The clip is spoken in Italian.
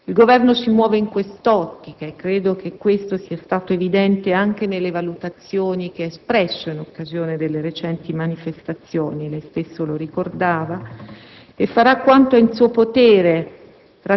Il Governo si muove in quest'ottica - credo che ciò sia stato evidente anche nelle valutazioni che ha espresso in occasione delle recenti manifestazioni, come lei stesso ricordava - e farà quanto è in suo potere,